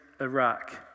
Iraq